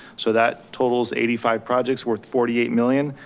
so that totals eighty five projects worth forty eight million.